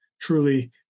truly